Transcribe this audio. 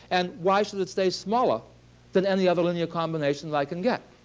and why should it stay smaller than any other linear combination that i can get?